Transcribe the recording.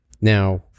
Now